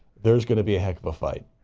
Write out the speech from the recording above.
there's going to be a heck of a fight.